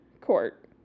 court